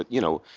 you know,